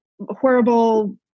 horrible